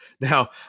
now